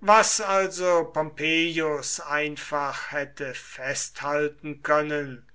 was also pompeius einfach hätte festhalten können